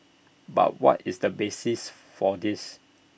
but what is the basis for this